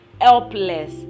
helpless